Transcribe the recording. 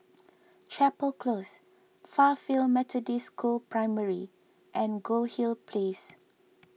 Chapel Close Fairfield Methodist School Primary and Goldhill Place